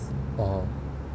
oh